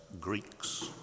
Greeks